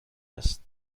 است